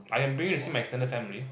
I am bringing to see my extended family